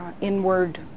inward